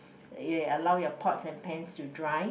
it will allow your pots and pans to dry